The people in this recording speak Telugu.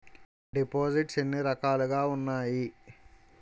దిపోసిస్ట్స్ ఎన్ని రకాలుగా ఉన్నాయి?